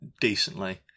decently